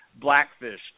Blackfish